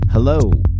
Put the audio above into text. Hello